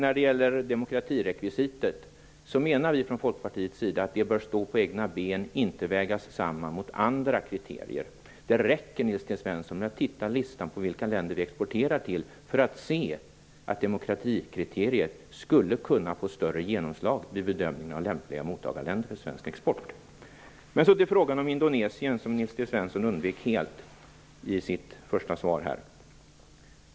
Från Folkpartiets sida menar vi att demokratirekvisitet bör stå på egna ben och inte vägas samman mot andra kriterier. Det räcker med att titta i listan på vilka länder Sverige exporterar till, Nils T Svensson, för att se att demokratikriteriet skulle kunna få större genomslag vid bedömningen av lämpliga mottagarländer för svensk export. Nils T Svensson undvek helt frågan om Indonesien i sitt första svar.